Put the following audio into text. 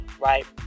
Right